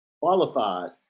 qualified